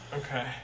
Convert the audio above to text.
Okay